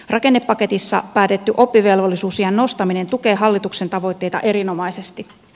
rakennepaketissa päätetty oppivelvollisuusiän nostaminen tukee hallituksen tavoitteita erinomaisesti